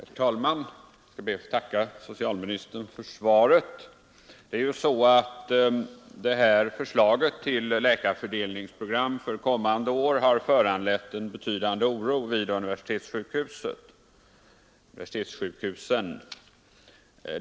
Herr talman! Jag ber att få tacka socialministern för svaret. Förslaget till läkarfördelningsprogram för nästkommande år har föranlett en betydande oro vid universitetssjukhusen.